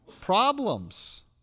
problems